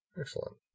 Excellent